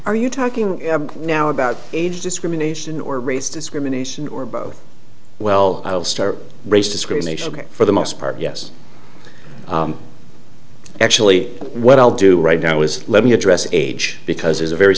are you talking now about age discrimination or race discrimination or both well start race discrimination for the most part yes actually what i'll do right now is let me address age because there's a very